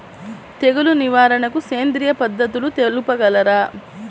తెగులు నివారణకు సేంద్రియ పద్ధతులు తెలుపగలరు?